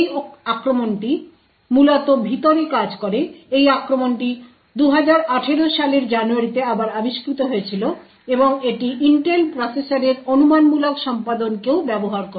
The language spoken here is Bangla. এই আক্রমণটি মূলত ভিতরে কাজ করে এই আক্রমণটি 2018 সালের জানুয়ারিতে আবার আবিষ্কৃত হয়েছিল এবং এটি ইন্টেল প্রসেসরের অনুমানমূলক সম্পাদনকেও ব্যবহার করে